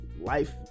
life